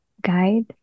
guide